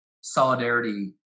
solidarity